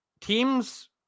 teams